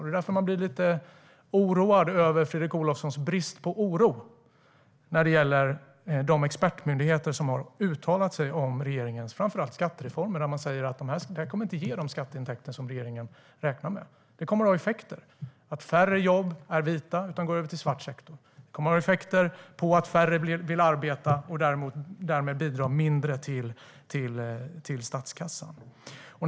Det är därför jag blir lite oroad över Fredrik Olovssons brist på oro över att expertmyndigheter uttalat sig om regeringens reformer, framför allt på skatteområdet, och sagt att de inte kommer att ge de skatteintäkter regeringen räknar med. De kommer att ge effekten att färre jobb är vita och fler går över till svart sektor. De kommer att ge effekten att färre vill arbeta och att bidragen till statskassan därmed minskar.